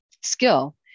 skill